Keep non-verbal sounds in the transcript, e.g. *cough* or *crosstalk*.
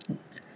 *noise*